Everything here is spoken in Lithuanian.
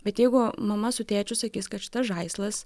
bet jeigu mama su tėčiu sakys kad šitas žaislas